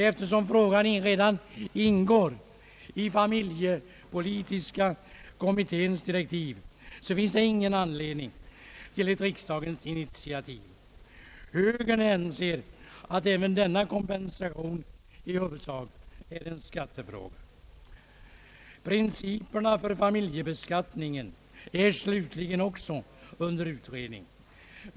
Eftersom frågan redan ingår i familjepolitiska kommitténs direktiv så finns det ingen anledning till ett riksdagens initiativ. Högern anser att även denna kompensation i huvudsak är en skattefråga. Principerna för familjebeskattningen slutligen är också under utredning.